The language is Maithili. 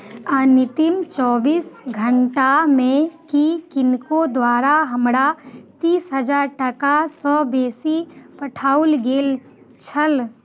अन्तिम चौबीस घण्टामे कि किनको द्वारा हमरा तीस हजार टकासँ बेसी पठाओल गेल छल